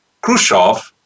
Khrushchev